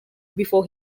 before